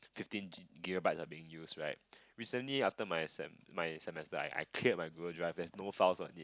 fifteen gi~ gigabyte are being used right recently after my sem~ my semester I I cleared my Google Drive there's no files on it